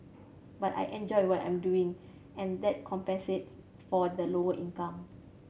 but I enjoy what I'm doing and that compensates for the lower income